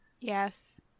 Yes